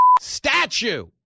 statue